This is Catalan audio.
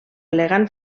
elegant